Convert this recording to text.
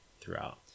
throughout